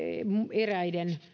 eräiden